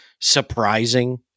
surprising